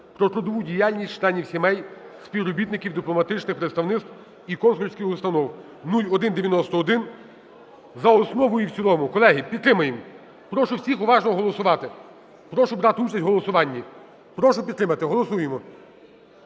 про трудову діяльність членів сімей співробітників дипломатичних представництв і консульських установ (0191) за основу і в цілому. Колеги, підтримаємо. Прошу всіх уважно голосувати. прошу брати участь в голосуванні. Прошу підтримати. Голосуємо.